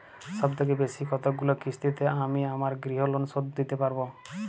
সবথেকে বেশী কতগুলো কিস্তিতে আমি আমার গৃহলোন শোধ দিতে পারব?